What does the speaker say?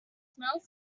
smells